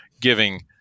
giving